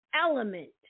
element